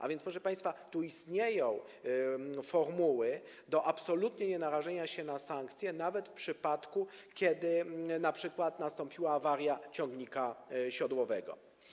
A więc, proszę państwa, tu istnieją formuły do absolutnie nienarażenia się na sankcje, nawet w przypadku, kiedy np. nastąpiła awaria ciągnika siodłowego.